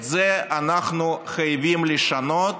את זה אנחנו חייבים לשנות